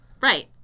Right